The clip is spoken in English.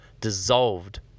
dissolved